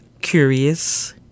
curious